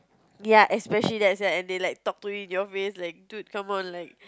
ya especially that's right and they like talk to you in your face like dude come on like